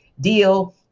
deal